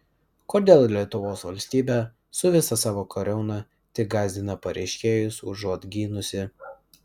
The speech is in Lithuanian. kodėl lietuvos valstybė su visa savo kariauna tik gąsdina pareiškėjus užuot gynusi